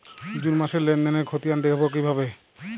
June মাসের লেনদেনের খতিয়ান দেখবো কিভাবে?